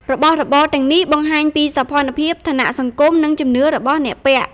របស់របរទាំងនេះបង្ហាញពីសោភ័ណភាព ឋានៈសង្គម និងជំនឿរបស់អ្នកពាក់។